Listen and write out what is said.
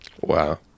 Wow